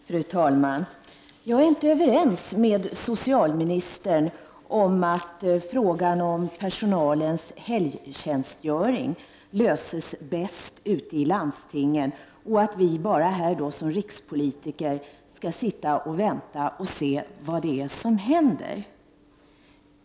Fru talman! Jag är inte överens med socialministern om att frågan om personalens helgtjänstgöring löses bäst ute i landstingen och att vi som rikspolitiker bara skall sitta och vänta och se vad som händer.